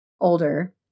older